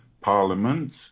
parliament